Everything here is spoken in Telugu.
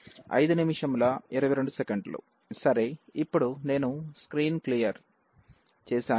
సరే ఇప్పుడు నేను స్క్రీన్ క్లియర్ చేసాను